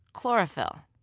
chlorophyll,